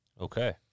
Okay